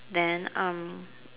then um